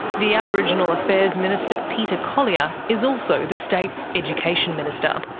the aboriginal affairs minister peter collier is also the state's education minister.